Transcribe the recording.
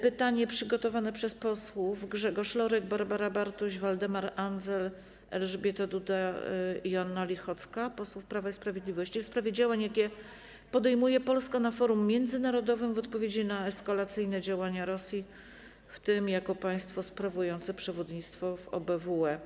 Pytanie przygotowane przez posłów: Grzegorza Lorka, Barbarę Bartuś, Waldemara Andzela, Elżbietę Dudę i Joannę Lichocką, posłów Prawa i Sprawiedliwości, w sprawie działań, jakie podejmuje Polska na forum międzynarodowym w odpowiedzi na eskalacyjne działania Rosji, w tym jako państwo sprawujące przewodnictwo w OBWE.